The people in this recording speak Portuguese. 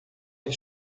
ele